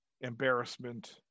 embarrassment